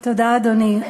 אדוני, תודה.